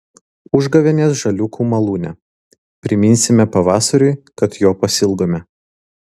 užgavėnės žaliūkių malūne priminsime pavasariui kad jo pasiilgome